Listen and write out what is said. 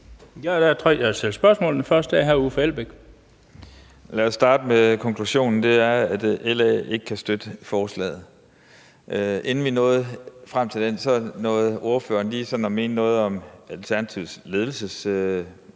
der vil stille spørgsmål. Den første er hr. Uffe Elbæk. Kl. 13:03 Uffe Elbæk (ALT): Lad os starte med konklusionen. Den er, at LA ikke kan støtte forslaget. Inden vi nåede frem til den, nåede ordføreren lige sådan at mene noget om Alternativets sådan